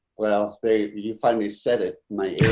well, they finally said it my